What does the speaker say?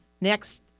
next